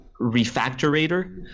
refactorator